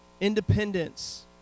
independence